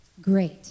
great